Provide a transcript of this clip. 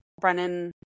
Brennan